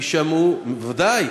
יישמעו, משטרת ישראל, ודאי.